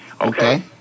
Okay